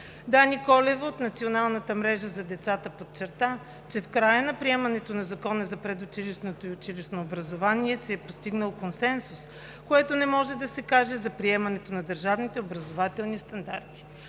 Дани Колева от Национална мрежа за децата подчерта, че в края на приемането на Закона за предучилищното и училищното образование се е постигнал консенсус, което не може да се каже за приемането на държавните образователни стандарти.